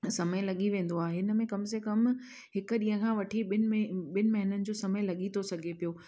समय लॻी वेंदो आहे हिन में कम से कम हिकु ॾींहं खां वठी ॿिनि ॿिनि महीननि जो समय लॻी थो सघे पियो